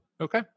okay